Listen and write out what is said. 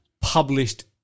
published